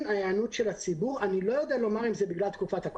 ההיענות של הציבור אני לא יודע לומר אם זה בגלל הקורונה